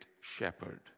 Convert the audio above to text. shepherd